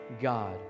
God